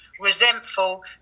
resentful